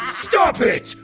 stop it.